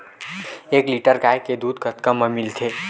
एक लीटर गाय के दुध कतका म मिलथे?